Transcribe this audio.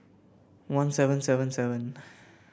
one seven seven seven